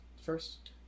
first